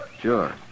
Sure